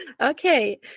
okay